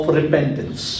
repentance